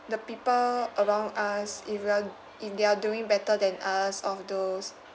the people around us if we are if they're doing better than us all those